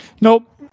Nope